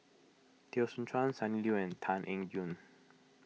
Teo Soon Chuan Sonny Liew and Tan Eng Yoon